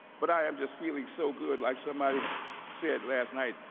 but i am just feeling so good, like somebody said last night